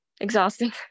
exhausting